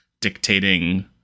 dictating